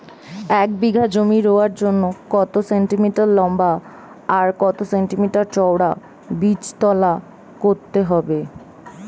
এক বিঘা জমি রোয়ার জন্য কত সেন্টিমিটার লম্বা আর কত সেন্টিমিটার চওড়া বীজতলা করতে হবে?